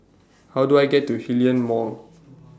How Do I get to Hillion Mall